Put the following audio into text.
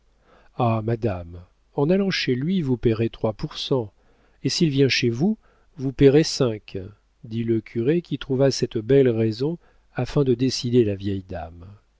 ah madame en allant chez lui vous payerez trois pour cent et s'il vient chez vous vous payerez cinq dit le curé qui trouva cette belle raison afin de décider la vieille dame